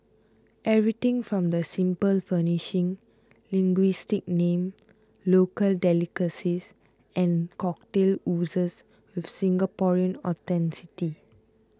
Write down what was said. everything from the simple furnishing linguistic name local delicacies and cocktails oozes with Singaporean authenticity